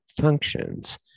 functions